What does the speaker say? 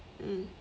mm